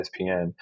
ESPN